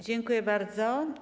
Dziękuję bardzo.